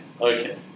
Okay